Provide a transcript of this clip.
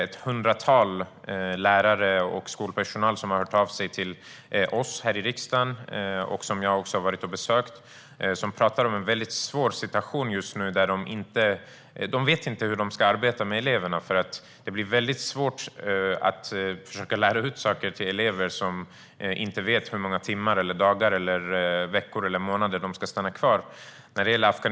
Ett hundratal lärare och skolpersonal har hört av sig till oss i riksdagen, och jag har besökt dem. De pratar om en svår situation just nu där de inte vet hur de ska arbeta med eleverna. Det blir svårt att försöka lära ut saker till elever som inte vet hur många timmar, dagar, veckor eller månader de ska stanna kvar.